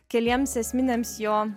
keliems esminiams jo